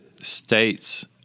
States